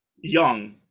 young